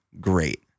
great